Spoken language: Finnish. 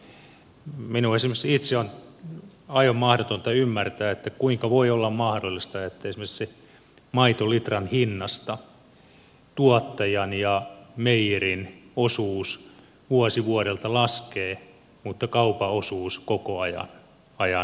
esimerkiksi minun on itse aivan mahdotonta ymmärtää kuinka voi olla mahdollista että esimerkiksi maitolitran hinnasta tuottajan ja meijerin osuus vuosi vuodelta laskee mutta kaupan osuus koko ajan nousee